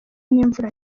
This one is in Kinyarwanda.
n’imvura